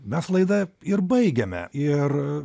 mes laidą ir baigiame ir